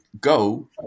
go